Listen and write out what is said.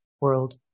world